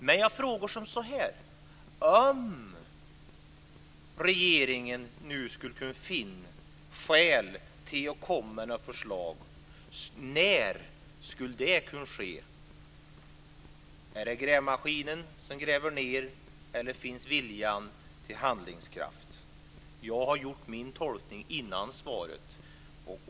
Men jag frågar så här: Om regeringen finner skäl att komma med förslag, när skulle det kunna ske? Är det grävmaskinen som gräver ned, eller finns det handlingskraft? Jag gör min tolkning innan jag får svaret.